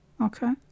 Okay